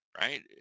Right